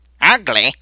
Ugly